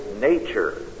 nature